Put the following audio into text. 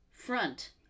front